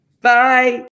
Bye